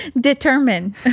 determine